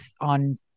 on